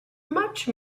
much